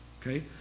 Okay